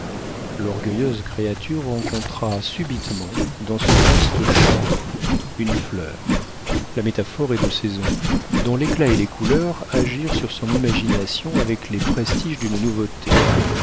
l'orgueilleuse créature rencontra subitement dans ce vaste champ une fleur la métaphore est de saison dont l'éclat et les couleurs agirent sur son imagination avec les prestiges d'une nouveauté